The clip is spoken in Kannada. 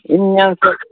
ಇನ್ನೇನು ಸರ್